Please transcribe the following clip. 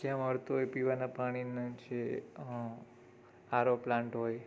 જ્યાં મળતું હોય પીવાનાં પાણીના જે આરો પ્લાન્ટ હોય